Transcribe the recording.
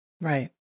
right